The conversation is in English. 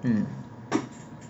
mm